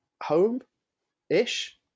home-ish